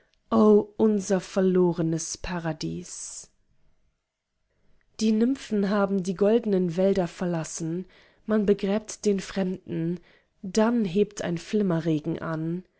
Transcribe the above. unser verlorenes paradies die nymphen haben die goldenen wälder verlassen man begräbt den fremden dann hebt ein flimmerregen an